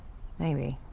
maybe.